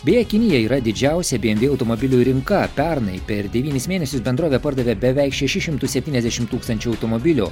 beje kinija yra didžiausia bmw automobilių rinka pernai per devynis mėnesius bendrovė pardavė beveik šešis šimtus septyniasdešim tūkstančių automobilių